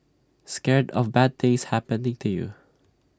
scared of bad things happening to you